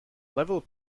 level